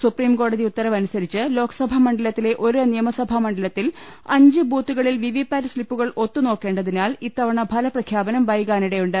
സുപ്രീംകോടതി ഉത്തരവനുസരിച്ച് ലോക്സഭാമ ണ്ഡലത്തിലെ ഒരു നിയമസഭാമണ്ഡലത്തിൽ അഞ്ച് ബൂത്തുകളിൽ വിവിപാറ്റ് സ്ലിപ്പുകൾ ഒത്തുനോക്കേണ്ടതിനാൽ ഇത്തവണ ഫല പ്രഖ്യാപനം വൈകാനിടയുണ്ട്